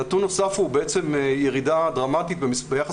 נתון נוסף הוא ירידה דרמטית ביחס